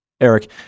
Eric